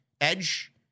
Edge